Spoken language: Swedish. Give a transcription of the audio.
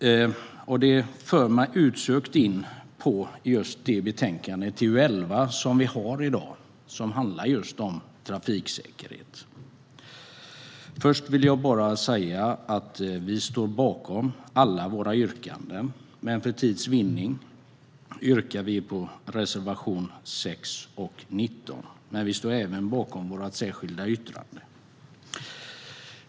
Detta för mig osökt in på dagens betänkande, TU11, som handlar just om trafiksäkerhet. Först vill jag bara säga att vi står bakom alla våra yrkanden, men för tids vinnande yrkar vi bifall endast till reservationerna 6 och 19. Men vi står även bakom vårt särskilda yttrande.